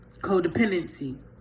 codependency